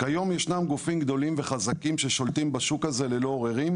כיום ישנם גופים גדולים וחזקים ששולטים בשוק הזה ללא עוררין,